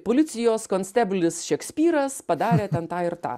policijos konsteblis šekspyras padarė ten tą ir tą